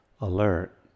alert